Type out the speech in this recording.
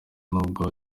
nubwo